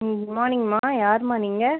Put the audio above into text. good மார்னிங்ம்மா யாரும்மா நீங்கள்